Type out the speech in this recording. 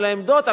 על העמדות,